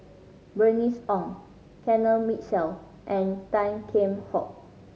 Bernice Ong Kenneth Mitchell and Tan Kheam Hock